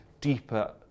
deeper